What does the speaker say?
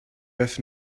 have